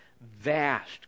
vast